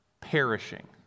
perishing